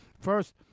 first